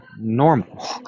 normal